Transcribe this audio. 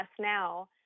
now